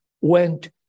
went